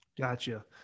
gotcha